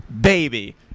baby